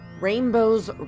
rainbows